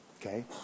Okay